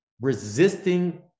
resisting